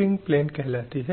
करने के लिए